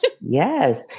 Yes